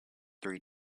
three